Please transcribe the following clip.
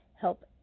help